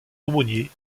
aumônier